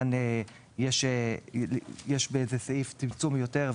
כאן יש באיזה סעיף --- יותר,